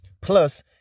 plus